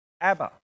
Abba